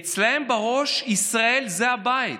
אצלם בראש ישראל זה הבית.